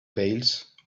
veils